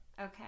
Okay